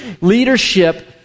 Leadership